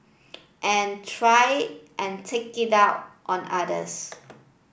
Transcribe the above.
and try and take it out on others